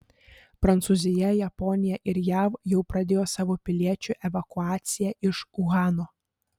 prancūzija japonija ir jav jau pradėjo savo piliečių evakuaciją iš uhano